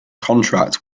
contract